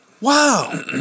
Wow